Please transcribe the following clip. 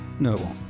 No